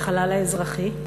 החלל האזרחי.